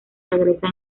regresa